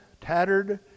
tattered